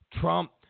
Trump